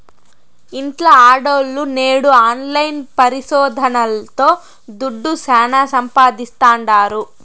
ఇంట్ల ఆడోల్లు నేడు ఆన్లైన్ పరిశోదనల్తో దుడ్డు శానా సంపాయిస్తాండారు